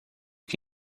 que